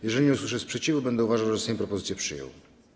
Jeżeli nie usłyszę sprzeciwu, będę uważał, że Sejm propozycję przyjął.